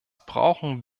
brauchen